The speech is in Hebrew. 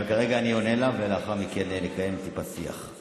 אבל כרגע אני עונה לה, ולאחר מכן נקיים טיפה שיח.